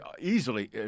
easily